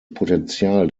potential